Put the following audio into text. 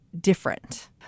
different